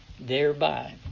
thereby